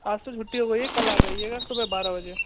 आज तो छुट्टी हो गई है कल आ जाइएगा सुबह बारह बजे